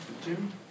Jim